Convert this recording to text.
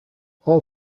all